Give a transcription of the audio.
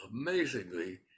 amazingly